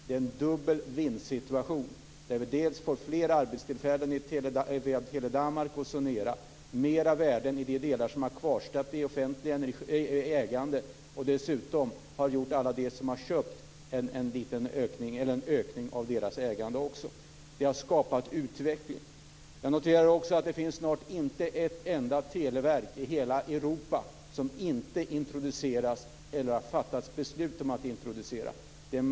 Det är en dubbel vinstsituation, för dels får fler arbetstillfällen via Tele Danmark och Sonera, dels mer värden i de delar som har kvarstått i offentligt ägande. Dessutom har det gett dem som har köpt en ökning av deras ägande. Det har skapat utveckling. Jag noterar också att det snart inte finns ett enda televerk i hela Europa som inte introducerats eller som det inte har fattats beslut om att introducera.